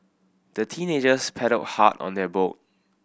the teenagers paddled hard on their boat